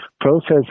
process